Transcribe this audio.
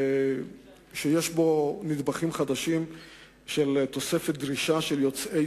שיש בו נדבכים חדשים של תוספת דרישה של יוצאי